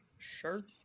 sure